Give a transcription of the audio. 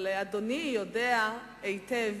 אבל אדוני יודע היטב